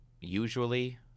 Usually